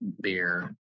beer